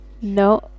No